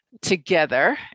together